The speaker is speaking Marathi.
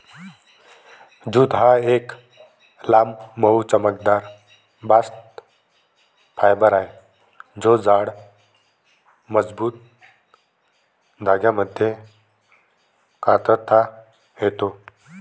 ज्यूट हा एक लांब, मऊ, चमकदार बास्ट फायबर आहे जो जाड, मजबूत धाग्यांमध्ये कातता येतो